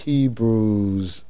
Hebrews